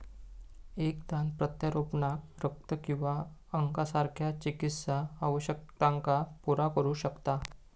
एक दान प्रत्यारोपणाक रक्त किंवा अंगासारख्या चिकित्सा आवश्यकतांका पुरा करू शकता